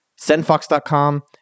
Sendfox.com